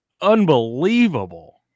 Unbelievable